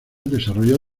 desarrolló